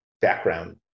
background